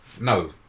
No